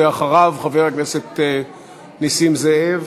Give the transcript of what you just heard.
אחריו, חבר הכנסת נסים זאב.